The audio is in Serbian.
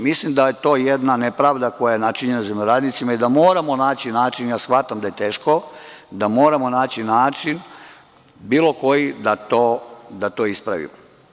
Mislim da je to jedna nepravda koja je načinjena zemljoradnici i da moramo naći način, ja shvatam da je teško, bilo koji da to ispravimo.